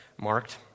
marked